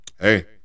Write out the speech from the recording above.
Hey